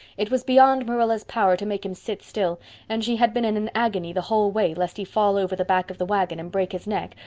it was beyond marilla's power to make him sit still and she had been in an agony the whole way lest he fall over the back of the wagon and break his neck,